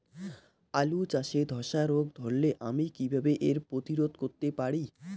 আলু চাষে ধসা রোগ ধরলে আমি কীভাবে এর প্রতিরোধ করতে পারি?